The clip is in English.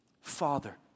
Father